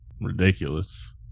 Ridiculous